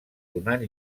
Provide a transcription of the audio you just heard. donant